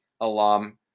alum